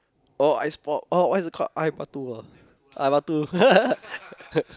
oh ice pop oh what is it called air-batu ah batu